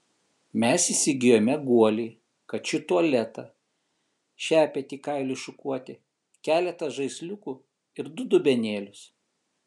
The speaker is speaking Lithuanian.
mes įsigijome guolį kačių tualetą šepetį kailiui šukuoti keletą žaisliukų ir du dubenėlius